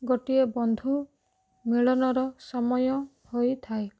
ଗୋଟିଏ ବନ୍ଧୁ ମିଳନର ସମୟ ହୋଇଥାଏ